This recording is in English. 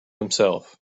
himself